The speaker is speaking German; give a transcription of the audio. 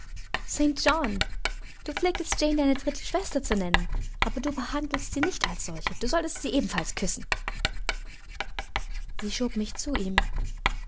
st john du pflegtest jane deine dritte schwester zu nennen aber du behandelst sie nicht als solche du solltest sie ebenfalls küssen sie schob mich zu ihm